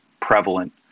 prevalent